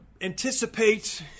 anticipate